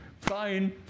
fine